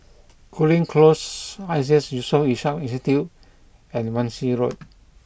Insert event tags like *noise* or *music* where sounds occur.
Cooling Close Iseas Yusof Ishak Institute and Wan Shih Road *noise*